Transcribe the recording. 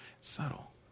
Subtle